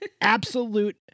absolute